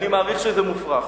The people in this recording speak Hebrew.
אני מעריך שזה מופרך.